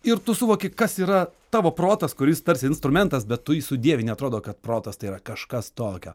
ir tu suvoki kas yra tavo protas kuris tarsi instrumentas bet tu jį sudievini atrodo kad protas tai yra kažkas tokio